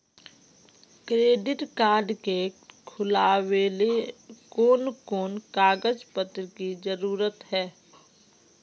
Credit card के खुलावेले कोन कोन कागज पत्र की जरूरत है?